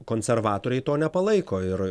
konservatoriai to nepalaiko ir